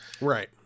right